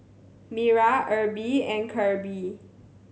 Mira Erby and Kirby